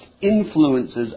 influences